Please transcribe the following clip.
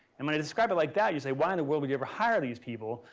and when i describe it like that you say why in the world would you ever hire these people.